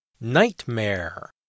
Nightmare